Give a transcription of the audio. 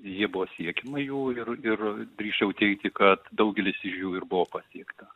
jie buvo siekiama jų ir ir drįsčiau teigti kad daugelis iš jų ir buvo pasiekta